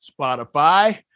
Spotify